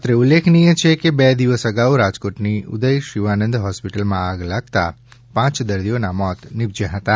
અત્રે ઉલ્લેખનીય છે કે બે દિવસ અગાઉ રાજકોટની ઉદય શિવાનંદ હોસ્પીટલમાં આગ લાગતા પાંચ દર્દીઓના મોત નિપજ્યા હતાં